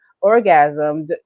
orgasm